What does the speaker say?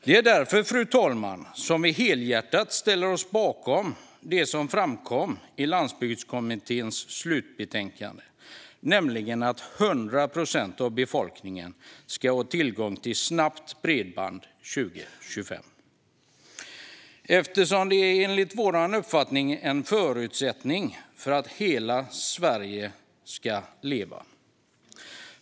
Det är därför, fru talman, som vi helhjärtat ställer oss bakom det som framkom i Landsbygdskommitténs slutbetänkande, nämligen att 100 procent av befolkningen ska ha tillgång till snabbt bredband 2025. Detta är enligt vår uppfattning en förutsättning för att hela Sverige ska leva.